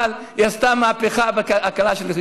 אבל היא עשתה מהפכה בהכרה.